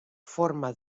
forma